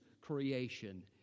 creation